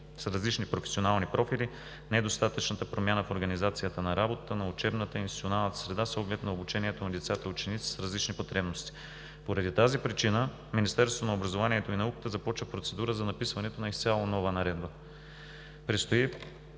с различни професионални профили, недостатъчната промяна в организацията на работата на учебната и институционална среда, съответно обучението на децата и учениците с различни потребности. Поради тази причина Министерството на образованието и науката започва процедура за написването на изцяло нова наредба.